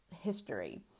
history